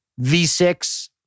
V6